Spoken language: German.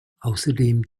außerdem